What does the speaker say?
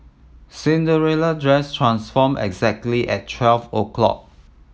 Cinderella dress transformed exactly at twelve o'clock